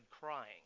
crying